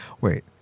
Wait